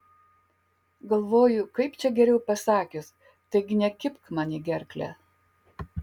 galvoju kaip čia geriau pasakius taigi nekibk man į gerklę